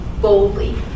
boldly